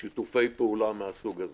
שיתופי פעולה מן הסוג הזה.